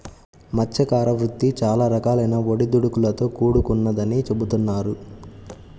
మత్స్యకార వృత్తి చాలా రకాలైన ఒడిదుడుకులతో కూడుకొన్నదని చెబుతున్నారు